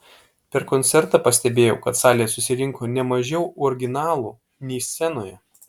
per koncertą pastebėjau kad salėje susirinko ne mažiau originalų nei scenoje